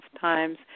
times